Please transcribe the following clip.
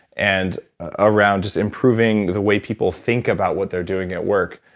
and around just improving the way people think about what they're doing at work,